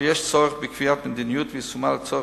ויש צורך בקביעת מדיניות ויישומה לצורך